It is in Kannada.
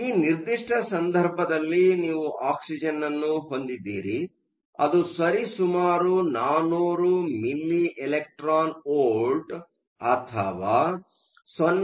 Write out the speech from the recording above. ಆದ್ದರಿಂದ ಈ ನಿರ್ದಿಷ್ಟ ಸಂದರ್ಭದಲ್ಲಿ ನೀವು ಆಕ್ಸಿಜನ್ ಹೊಂದಿದ್ದೀರಿ ಅದು ಸರಿಸುಮಾರು 400 ಮಿಲಿ ಎಲೆಕ್ಟ್ರಾನ್ ವೋಲ್ಟ್ಗಳು ಅಥವಾ 0